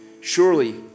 Surely